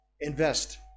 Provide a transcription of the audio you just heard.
Invest